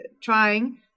trying